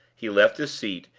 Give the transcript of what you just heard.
he left his seat,